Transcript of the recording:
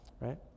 right